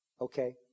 okay